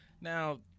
now